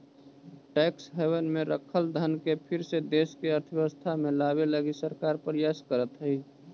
tax haven में रखल धन के फिर से देश के अर्थव्यवस्था में लावे लगी सरकार प्रयास करीतऽ हई